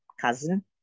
cousin